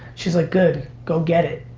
she was like, good, go get it.